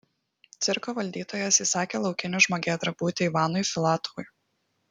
cirko valdytojas įsakė laukiniu žmogėdra būti ivanui filatovui